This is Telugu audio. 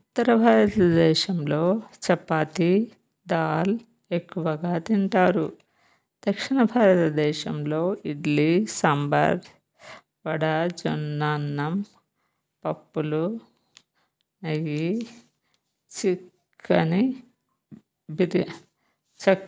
ఉత్తర భారతదేశంలో చపాతి దాల్ ఎక్కువగా తింటారు దక్షిణ భారతదేశంలో ఇడ్లీ సాంబార్ వడ జొన్న అన్నం పప్పులు నెయ్యి చికెన్ బిర్యానీ